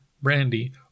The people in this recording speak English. brandy